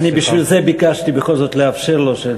בשביל זה ביקשתי בכל זאת לאפשר לו,